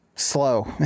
Slow